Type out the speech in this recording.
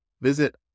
Visit